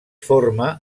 forma